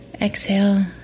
exhale